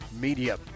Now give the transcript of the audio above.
media